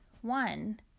One